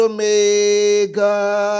Omega